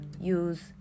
use